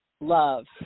love